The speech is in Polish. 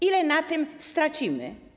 Ile na tym stracimy?